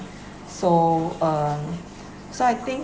so um so I think